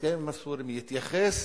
ההסכם עם הסורים יתייחס